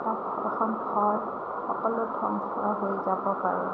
এটা এখন ঘৰ সকলো ধ্ৱংস হৈ যাব পাৰে